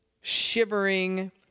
shivering